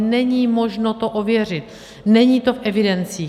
Není možno to ověřit, není to v evidencích.